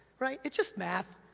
right? it's just math,